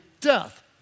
death